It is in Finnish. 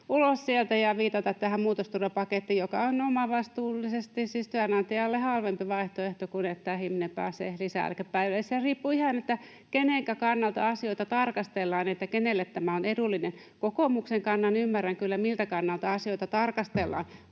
ulos sieltä ja voi viitata tähän muutosturvapakettiin, joka on omavastuullisesti, siis työnantajalle, halvempi vaihtoehto kuin se, että ihminen pääsee lisäeläkepäiville. Se riippuu ihan siitä, kenenkä kannalta asioita tarkastellaan, kenelle tämä on edullinen. Kokoomuksen kannan ymmärrän kyllä, sen, miltä kannalta asioita tarkastellaan,